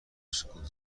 سکوت